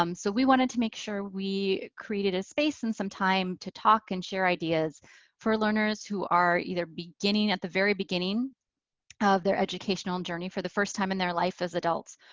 um so we wanted to make sure we created a space and some time to talk and share ideas for learners who are either beginning at the very beginning of their educational and journey for the first time in their life as adults.